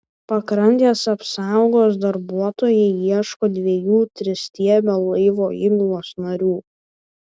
pakrantės apsaugos darbuotojai ieško dviejų tristiebio laivo įgulos narių